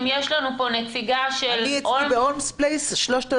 אם יש לנו פה נציגה של "הולמס פלייס"